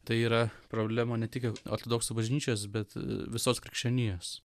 tai yra problema ne tik ortodoksų bažnyčios bet visos krikščionijos